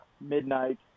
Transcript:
midnight